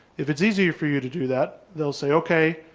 if it's easier for you to do that? they'll say, okay,